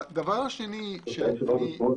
הדבר השני שהמלצתי